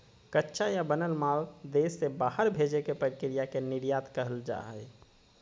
कच्चा या बनल माल देश से बाहर भेजे के प्रक्रिया के निर्यात कहल जा हय